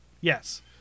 yes